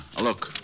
Look